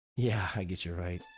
yeah, i guess you're right.